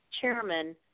chairman